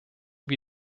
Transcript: wie